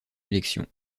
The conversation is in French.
élection